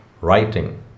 writing